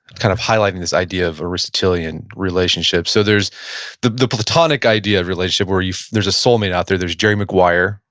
kind of highlighting this idea of aristotelian relationships, so there's the the platonic idea of relationship, where there's a soulmate out there, there's jerry maguire,